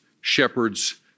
Shepherds